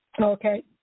Okay